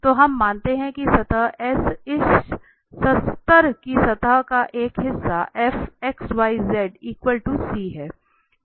तो हम मानते हैं कि सतह S इस स्तर की सतह का एक हिस्सा fxyz C है